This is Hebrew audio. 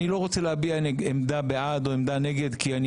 אני לא רוצה להביע עמדה בעד או עמדה נגד כי אני